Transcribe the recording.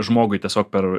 žmogui tiesiog per